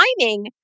timing